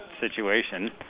situation